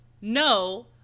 no